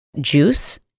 juice